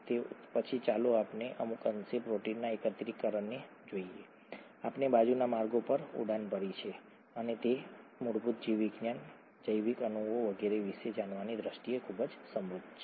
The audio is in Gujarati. તો પછી ચાલો આપણે અમુક અંશે પ્રોટીનના એકત્રીકરણને જોઈએ આપણે બાજુના માર્ગો પર ઉડાન ભરી છે અને તે મૂળભૂત જીવવિજ્ઞાન જૈવિક અણુઓ વગેરે વિશે જાણવાની દ્રષ્ટિએ ખૂબ જ સમૃદ્ધ છે